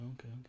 Okay